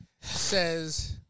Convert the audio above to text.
Says